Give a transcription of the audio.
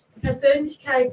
Persönlichkeit